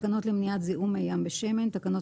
"תקנות למניעת זיהום מי ים בשמן" תקנות